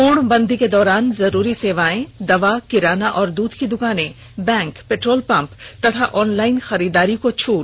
पूर्ण बंदी के दौरान जरूरी सेवाएं दवा किराना और दूध की दुकानें बैंक पेट्रोल पंप तथा ऑनलाइन खरीदारी को छूट